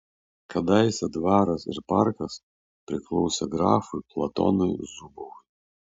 kadaise dvaras ir parkas priklausė grafui platonui zubovui